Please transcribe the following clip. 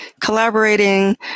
collaborating